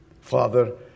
Father